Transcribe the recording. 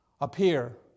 appear